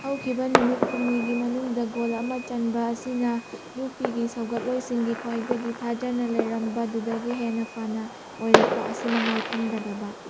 ꯍꯧꯈꯤꯕ ꯅꯨꯃꯤꯠ ꯍꯨꯝꯅꯤꯒꯤ ꯃꯅꯨꯡꯗ ꯒꯣꯜ ꯑꯃ ꯆꯟꯕ ꯑꯁꯤꯅ ꯌꯨ ꯄꯤꯒꯤ ꯁꯧꯒꯠꯂꯣꯏꯁꯤꯡꯒꯤ ꯈ꯭ꯋꯥꯏꯗꯒꯤ ꯊꯥꯖꯅ ꯂꯩꯔꯝꯕ ꯑꯗꯨꯗꯒꯤ ꯍꯦꯟꯅ ꯐꯅ ꯑꯣꯏꯔꯛꯄ ꯑꯁꯤ ꯃꯉꯥꯏ ꯈꯟꯒꯗꯕ